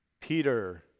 Peter